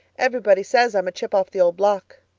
everybody says i'm a chip off the old block,